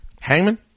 Hangman